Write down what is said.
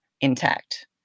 intact